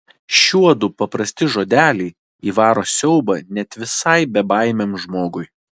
šiuodu paprasti žodeliai įvaro siaubą net visai bebaimiam žmogui